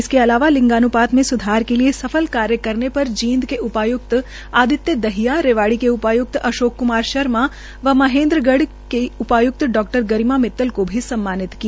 इसके अलावा लिंगान्पात में स्धार के लिये सफल कार्य करने पर जींद के उपाय्क्त अदित्य दहिया रेवाड़ी के उपाय्क्त अशोक क्मार शर्मा व महेन्द्रगढ़ की उपाय्क्त डा गरीमा मित्तल को भी सम्मानित किया